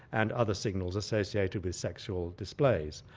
and other signals associated with sexual displays.